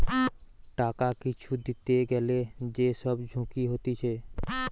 টাকা কিছু দিতে গ্যালে যে সব ঝুঁকি হতিছে